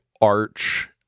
arch